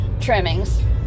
trimmings